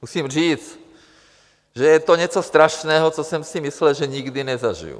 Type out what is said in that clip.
Musím říct, že je to něco strašného, co jsem si myslel, že nikdy nezažiji.